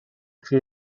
chi